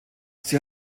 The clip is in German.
sie